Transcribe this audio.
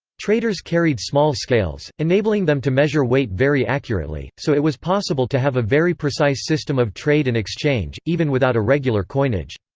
traders carried small scales, enabling them to measure weight very accurately, so it was possible to have a very precise system of trade and exchange, even without a regular coinage.